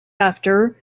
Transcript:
after